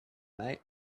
mate